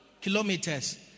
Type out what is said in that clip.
kilometers